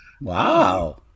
Wow